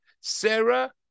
sarah